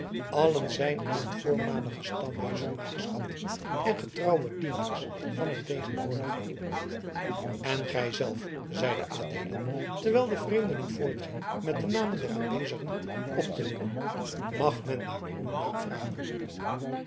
allen zijn aan het voormalige stamhuis vermaagschapt en getrouwe dienaars van het tegenwoordige en gij zelf zeide adeelen terwijl de vreemdeling voortging met de namen der aanwezigen op te noemen mag men naar uw naam vragen